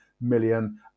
million